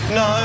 no